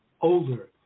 older